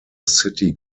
city